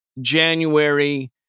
January